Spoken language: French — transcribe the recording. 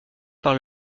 par